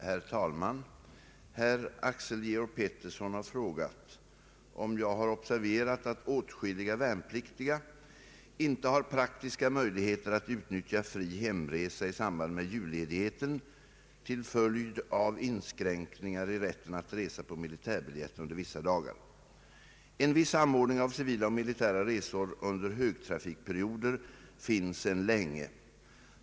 Herr talman! Herr Axel Georg Pettersson har frågat om jag har observerat att åtskilliga värnpliktiga inte har praktiska möjligheter att utnyttja fri hemresa i samband med julledigheten till följd av inskränkningar i rätten att resa på militärbiljett under vissa dagar. En viss samordning av civila och militära resor under högtrafikperioder finns sedan länge.